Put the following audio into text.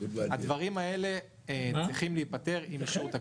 הדברים האלה צריכים להיפתר עם אישור התקציב.